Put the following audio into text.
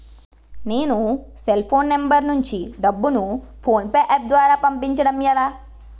నేను cell phone number నుంచి డబ్బును ను ఫోన్పే అప్ ద్వారా పంపించడం ఎలా?